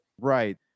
Right